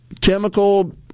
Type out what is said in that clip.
chemical